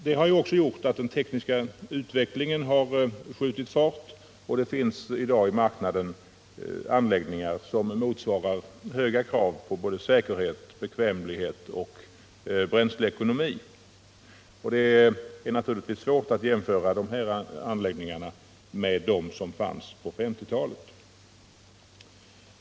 Det har också gjort att den tekniska utvecklingen skjutit fart, och det finns i dag på marknaden anläggningar som motsvarar högt ställda krav på säkerhet, bekvämlighet och bränsleekonomi. Det är naturligtvis svårt att jämföra de anläggningarna med dem som fanns på 1950-talet.